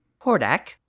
Hordak